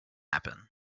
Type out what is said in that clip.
happen